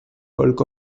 bulk